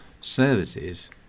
services